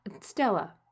Stella